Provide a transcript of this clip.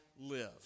live